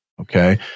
Okay